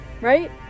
right